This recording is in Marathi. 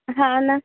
हा ना